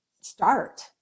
start